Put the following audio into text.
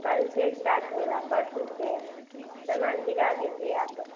कल से स्टार्ट होगा परसो से सामान गिरा दीजिए आप